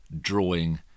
drawing